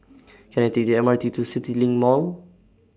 Can I Take The M R T to CityLink Mall